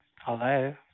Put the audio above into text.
Hello